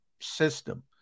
system